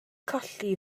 colli